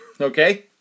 Okay